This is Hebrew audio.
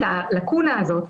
את הלקונה הזאת,